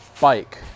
bike